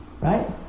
Right